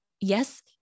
yes